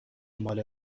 مال